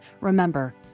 Remember